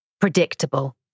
Predictable